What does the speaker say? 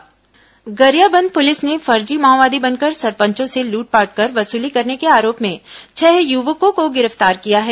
फर्जी माओवादी गिरफ्तार गरियाबंद पुलिस ने फर्जी माओवादी बनकर सरपंचों से लूटपाट कर वसूली करने के आरोप में छह युवकों को गिरफ्तार किया है